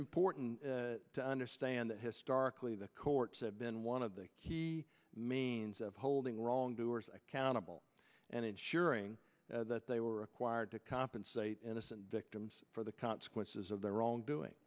important to understand that historically the courts have been one of the key means of holding wrongdoers accountable and ensuring that they were required to compensate innocent victims for the consequences of their own